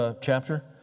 chapter